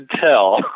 tell